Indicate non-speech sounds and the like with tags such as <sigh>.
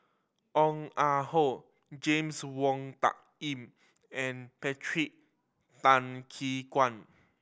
Ong Ah Hoi James Wong Tuck Yim and Patrick Tay <unintelligible> Guan <noise>